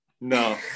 No